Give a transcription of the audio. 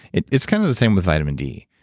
it's it's kind of the same with vitamin d.